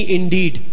indeed